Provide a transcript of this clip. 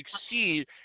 succeed